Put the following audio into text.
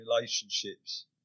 relationships